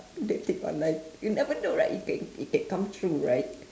dating online you never know right it can it can come true right